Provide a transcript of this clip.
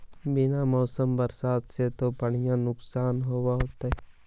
बिन मौसम बरसतबा से तो बढ़िया नुक्सान होब होतै?